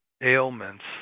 ailments